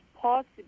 possible